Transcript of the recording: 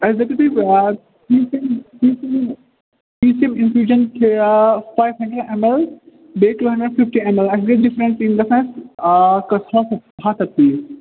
اَسہِ دٔپیُو تُہۍ اِنفیوٗجَن چھِ یا فایِف ایٚم ایٚل بیٚیہِ کٔلٕے میٚف فِفٹی ایٚم ایٚل اَسہِ گژھِ گژھان آ کٔژ ہَتھ ہَتھ پیٖس